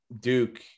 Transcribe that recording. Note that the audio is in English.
Duke